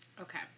Okay